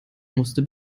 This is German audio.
musste